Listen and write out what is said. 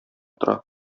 тора